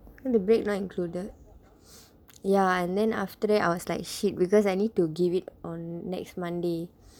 then the break not included ya and then after that I was like shit because I need to give it on next monday